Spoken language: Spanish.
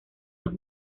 los